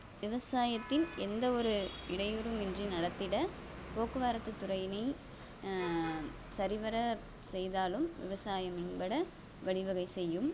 விவசாயத்தின் எந்த ஒரு இடையூறுமின்றி நடத்திட போக்குவரத்து துறையினை சரிவர செய்தாலும் விவசாயம் மேம்பட வழிவகை செய்யும்